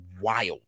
wild